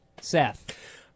Seth